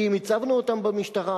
כי אם הצבנו אותם במשטרה,